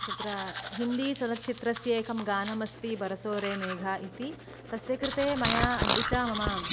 तत्र हिन्दीचलच्चित्रस्य एकं गानम् अस्ति बरसो रे मेघा इति तस्य कृते मया अपि च मम